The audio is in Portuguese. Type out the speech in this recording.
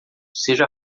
seja